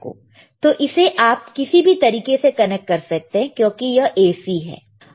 तो इसे आप किसी भी तरीके से कनेक्ट कर सकते हैं क्योंकि यह AC है